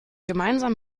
gemeinsam